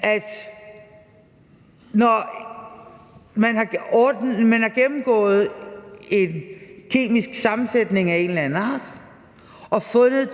at når man har gennemgået en kemisk sammensætning af en eller en art og fundet